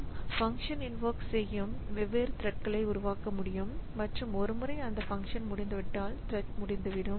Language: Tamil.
நாம் ஃபங்க்ஷன்ஐ இன்வோக் செய்யும் வெவ்வேறு த்ரெட்களை உருவாக்க முடியும் மற்றும் ஒரு முறை அந்த பங்க்ஷன் முடிந்து விட்டால் த்ரெட் முடிந்துவிடும்